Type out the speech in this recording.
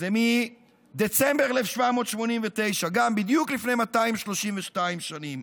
זה מדצמבר 1789, גם בדיוק לפני 232 שנים.